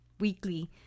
weekly